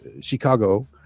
Chicago